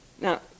Now